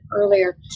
earlier